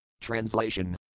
Translation